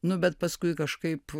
nu bet paskui kažkaip